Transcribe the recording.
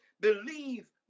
believe